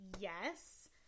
Yes